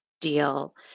deal